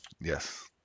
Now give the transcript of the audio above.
Yes